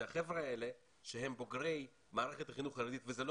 שהחבר'ה האלה שהם בוגרי מערכת החינוך החרדית וזה לא